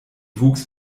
wuchs